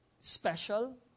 special